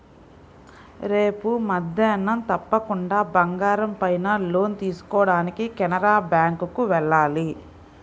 రేపు మద్దేన్నం తప్పకుండా బంగారం పైన లోన్ తీసుకోడానికి కెనరా బ్యేంకుకి వెళ్ళాలి